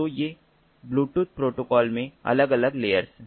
तो ये Bluetooth protocol में अलग अलग लेयरस हैं